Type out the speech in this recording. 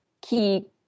key